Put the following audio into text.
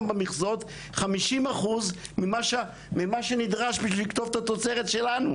במכסות 50% ממה שנדרש בשביל לקטוף את התוצרת שלנו.